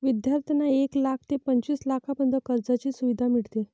विद्यार्थ्यांना एक लाख ते पंचवीस लाखांपर्यंत कर्जाची सुविधा मिळते